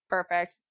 Perfect